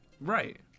Right